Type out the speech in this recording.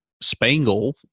Spangle